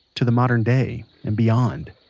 to the modern day, and beyond.